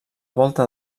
volta